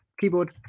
keyboard